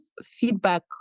feedback